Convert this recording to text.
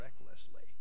recklessly